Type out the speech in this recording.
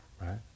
right